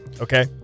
Okay